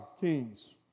kings